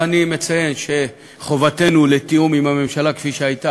אני מציין שחובתנו לתיאום עם הממשלה כפי שנאמרה